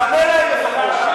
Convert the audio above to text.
תענה להם לפחות.